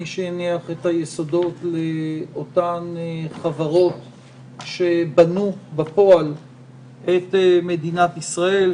מי שהניח את היסודות לאותן חברות שבנו בפועל את מדינת ישראל,